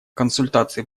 консультации